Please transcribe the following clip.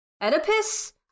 Oedipus